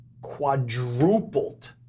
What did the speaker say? quadrupled